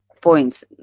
points